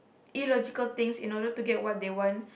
illogical things in order to get what they want